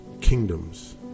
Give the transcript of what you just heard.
kingdoms